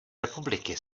republiky